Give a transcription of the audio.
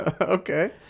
Okay